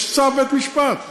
יש צו בית-משפט.